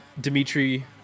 Dimitri